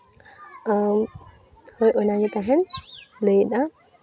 ᱟᱨ ᱦᱳᱭ ᱚᱱᱟ ᱜᱮ ᱛᱟᱦᱮᱱ ᱞᱟᱹᱭᱮᱫᱟ